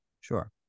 Sure